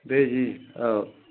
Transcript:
बे जि औ